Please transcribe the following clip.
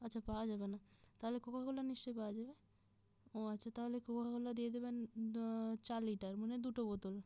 আচ্ছা পাওয়া যাবে না তাহলে কোকাকোলা নিশ্চয়ই পাওয়া যাবে ও আচ্ছা তাহলে কোকাকোলা দিয়ে দেবেন চার লিটার মানে দুটো বোতল